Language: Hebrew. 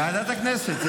ועדת הכנסת.